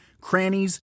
crannies